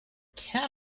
can